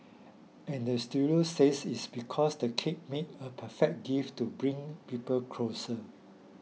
and the studio says it's because the cake make a perfect gift to bring people closer